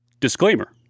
Disclaimer